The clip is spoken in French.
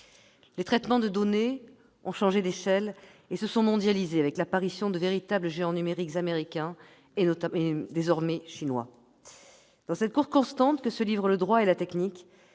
Les traitements de données ont changé d'échelle et se sont mondialisés avec l'apparition de véritables géants numériques américains et, désormais, chinois. Dans cette course constante que se livrent le droit et la technique,